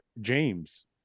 James